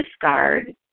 discard